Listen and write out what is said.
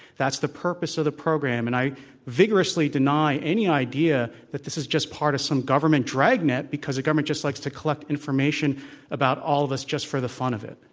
that's the purpose of the program. and i vigorously deny any idea that this is just part of some government dragnet because the government just likes to collect information about all of us just for the fun of it.